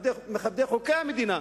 מכבדי חוקי המדינה,